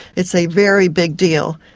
it's a very big deal.